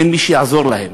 אין מי שיעזור להם,